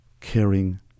caring